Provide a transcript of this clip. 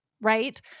right